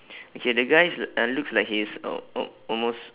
okay the guy uh looks like he is al~ al~ almost